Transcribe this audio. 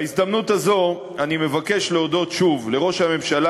בהזדמנות הזאת אני מבקש להודות שוב לראש הממשלה